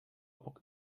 poc